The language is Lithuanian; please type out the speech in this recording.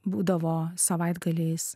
būdavo savaitgaliais